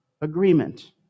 agreement